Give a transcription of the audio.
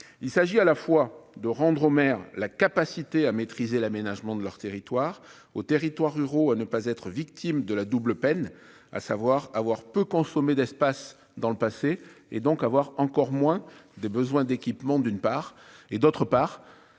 il s'agit à la fois de rendre au maire la capacité à maîtriser l'aménagement de leur territoire aux territoires ruraux à ne pas être victime de la double peine, à savoir avoir peut consommer d'espace dans le passé et donc avoir encore moins de besoins d'équipement d'une part et d'autre part,